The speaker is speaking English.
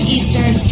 Eastern